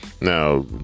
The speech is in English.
Now